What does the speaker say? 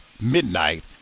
midnight